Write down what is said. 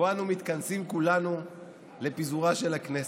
שבו אנו מתכנסים כולנו לפיזורה של הכנסת,